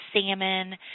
salmon